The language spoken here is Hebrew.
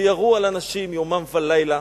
וירו על אנשים יומם ולילה.